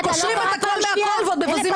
אתה בקריאה שלישית, נו.